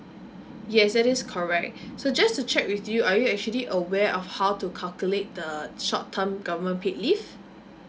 yes that is correct so just to check with you are you actually aware of how to calculate the short term government paid leave